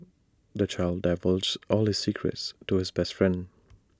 the child divulged all his secrets to his best friend